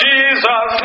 Jesus